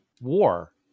war